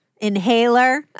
Inhaler